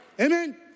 Amen